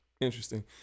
interesting